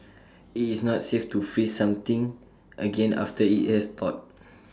IT is not safe to freeze something again after IT has thawed